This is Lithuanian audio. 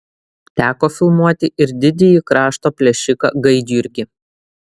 teko filmuoti ir didįjį krašto plėšiką gaidjurgį